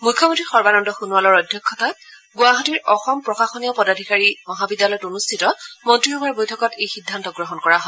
মুখ্যমন্ত্ৰী সৰ্বানন্দ সোণোৱালৰ অধ্যক্ষতাত গুৱাহাটীৰ অসম প্ৰশাসনীয় পদাধিকাৰী মহাবিদ্যালয়ত অনুষ্ঠিত মন্ত্ৰীসভাৰ বৈঠকত এই সিদ্ধান্ত গ্ৰহণ কৰা হয়